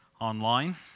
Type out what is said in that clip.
online